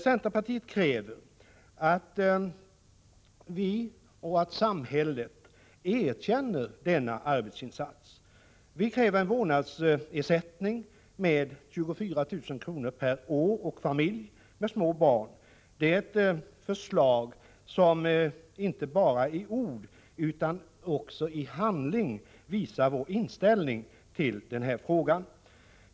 Centerpartiet kräver att samhället erkänner denna arbetsinsats. Vi kräver vårdnadsersättning med 24 000 kr. per år och familj med små barn. Det är ett förslag som inte bara i ord utan också i handling visar vår inställning i denna fråga.